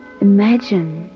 Imagine